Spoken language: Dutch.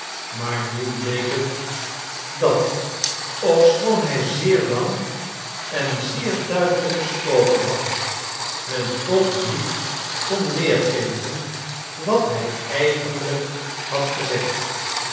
maar nu bleek het dat ofschoon hij zeer lang en zeer duidelijk gesproken had men toch niet kon weergeven wat hij eigenlijk had gezegd